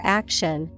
action